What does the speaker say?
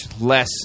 less